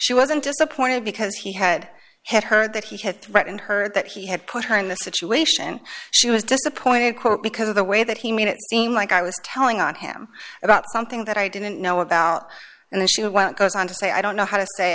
she wasn't disappointed because he had had heard that he had threatened her that he had put her in the situation she was disappointed quote because of the way that he made it seem like i was telling on him about something that i didn't know about and then she went goes on to say i don't know how to say